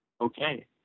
okay